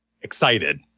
excited